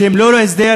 שהם ללא הסדר,